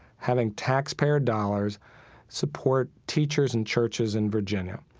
having taxpayer dollars support teachers and churches in virginia.